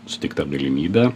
suteikta galimybe